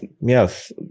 yes